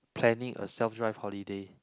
planning a self drive holiday